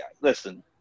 listen